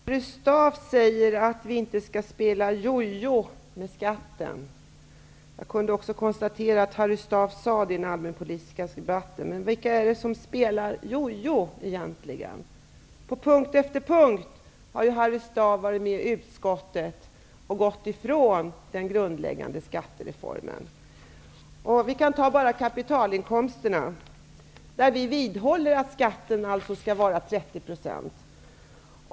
Herr talman! Harry Staaf säger att vi inte skall spela jojo med skatterna, vilket han också sade i den allmänpolitiska debatten. Men vem är det som egentligen spelar jojo? På punkt efter punkt har Harry Staaf i utskottet varit med på att gå ifrån den grundläggande skattereformen. Som exempel kan vi ta kapitalinkomsterna. Vi vidhåller att skatten här skall vara 30 %.